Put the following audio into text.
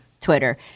Twitter